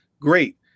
Great